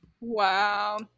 wow